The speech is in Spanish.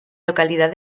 localidad